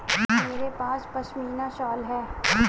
मेरे पास पशमीना शॉल है